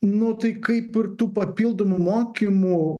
nu tai kaip ir tų papildomų mokymų